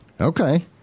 Okay